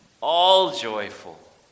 all-joyful